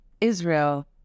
Israel